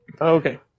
Okay